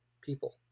people